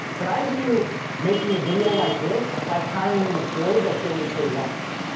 but i view making a video like this, like hiring an employee that you only pay once.